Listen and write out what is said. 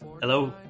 Hello